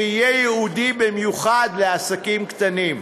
שיהיה ייעודי, במיוחד לעסקים קטנים,